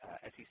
SEC